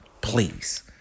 Please